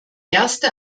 erste